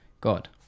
God